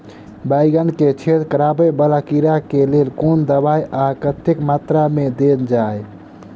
बैंगन मे छेद कराए वला कीड़ा केँ लेल केँ कुन दवाई आ कतेक मात्रा मे देल जाए?